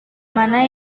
mana